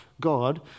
God